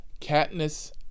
katniss